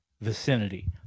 vicinity